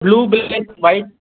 blue black white